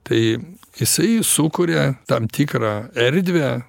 tai jisai sukuria tam tikrą erdvę